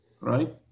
right